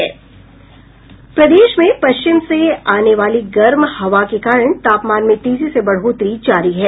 प्रदेश में पश्चिम से आने वाली गर्म हवा के कारण तापमान में तेजी से बढ़ोतरी जारी है